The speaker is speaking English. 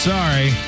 Sorry